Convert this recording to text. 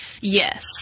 Yes